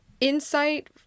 insight